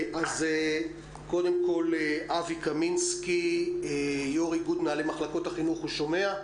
קודם כול אבי קמינסקי, שומע?